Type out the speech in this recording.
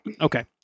Okay